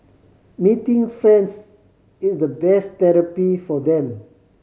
meeting friends is the best therapy for them